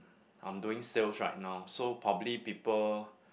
I'm doing sales right now so probably people